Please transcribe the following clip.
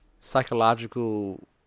psychological